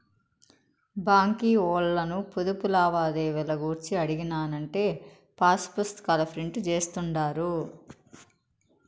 బాంకీ ఓల్లను పొదుపు లావాదేవీలు గూర్చి అడిగినానంటే పాసుపుస్తాకాల ప్రింట్ జేస్తుండారు